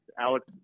Alex